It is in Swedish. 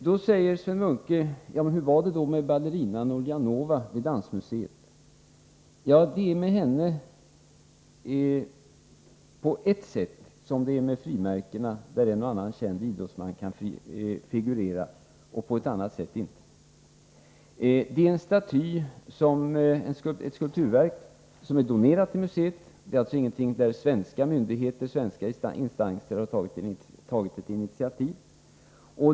Då säger Sven Munke: Men hur var det då med ballerinan Ulanova vid dansmuseet? Ja, det är med henne på ett sätt som det är med frimärkena, där en och annan känd idrottsman kan figurera, och på ett annat sätt inte. I fallet Ulanova är det fråga om ett skulpturverk som är donerat till museet. Det är alltså ingenting där svenska myndigheter, svenska instanser, har tagit ett initiativ.